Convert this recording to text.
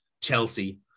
Chelsea